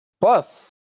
Plus